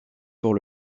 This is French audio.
pour